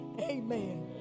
Amen